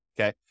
okay